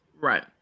Right